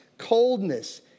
coldness